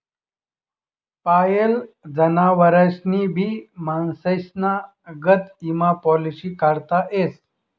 पायेल जनावरेस्नी भी माणसेस्ना गत ईमा पालिसी काढता येस